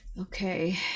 Okay